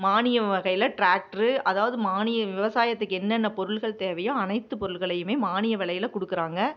மானியம் வகையில் டிராக்ட்ரு அதாவது மானிய விவசாயத்துக்கு என்னென்ன பொருள்கள் தேவையோ அனைத்துப் பொருள்களையுமே மானிய விலையில் கொடுக்குறாங்க